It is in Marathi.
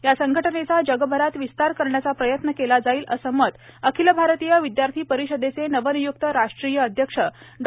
या संघटनेचा जगभरात विस्तार करण्याचा प्रयत्न केला जाईल असे मत अखिल भारतीय विदयार्थी परिषदेचे नवनियुक्त राष्ट्रीय अध्यक्ष डॉ